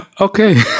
Okay